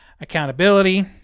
accountability